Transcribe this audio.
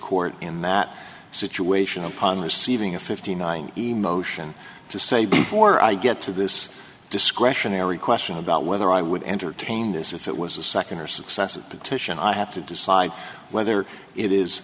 court in that situation upon receiving a fifty nine dollars emotion to say before i get to this discretionary question about whether i would entertain this if it was a nd or successive petition i have to decide whether it